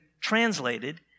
translated